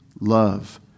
love